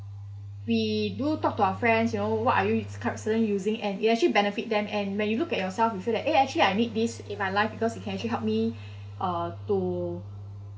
we do talk to our friends you know what are you curr~ certain using and it actually benefit them and when you look at yourself you feel like eh actually I need this in my life because it can actually help me uh to